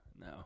no